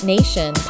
Nation